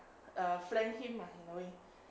err flank him ah in a way